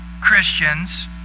Christians